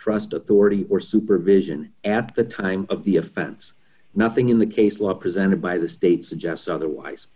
trust authority or supervision at the time of the offense nothing in the case law presented by the state suggests otherwise